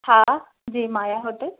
हा जी माया होटल